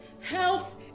Health